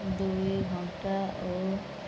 ଦୁଇ ଘଣ୍ଟା ଓ